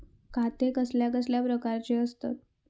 खाते कसल्या कसल्या प्रकारची असतत?